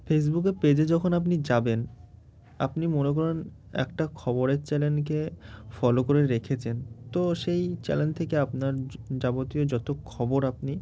ফেসবুকের পেজে যখন আপনি যাবেন আপনি মনে করেন একটা খবরের চ্যানেলকে ফলো করে রেখেছেন তো সেই চ্যানেল থেকে আপনার যাবতীয় যত খবর আপনি